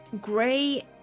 Gray